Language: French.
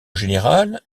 général